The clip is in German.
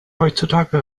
heutzutage